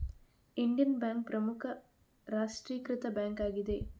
Indian bank ಪ್ರಮುಖ ರಾಷ್ಟ್ರೀಕೃತ bank ಆಗಿದೆ